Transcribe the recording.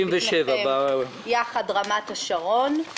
שהקריטריון של עמותה ששנויה במחלוקת הוא קריטריון שאנחנו חשבנו שלא